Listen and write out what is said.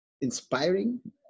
Inspiring